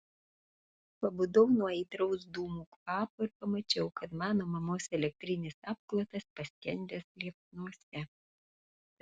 pabudau nuo aitraus dūmų kvapo ir pamačiau kad mano mamos elektrinis apklotas paskendęs liepsnose